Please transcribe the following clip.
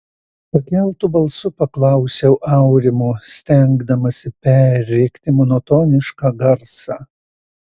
pakeltu balsu paklausiau aurimo stengdamasi perrėkti monotonišką garsą